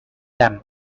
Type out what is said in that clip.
them